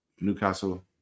Newcastle